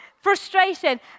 frustration